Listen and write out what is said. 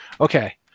Okay